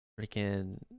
Freaking